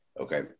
Okay